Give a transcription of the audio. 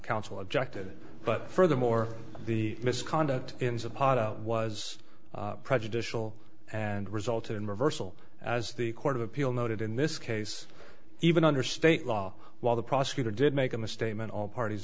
counsel objected but furthermore the misconduct in the pot was prejudicial and resulted in reversal as the court of appeal noted in this case even under state law while the prosecutor did make a misstatement all parties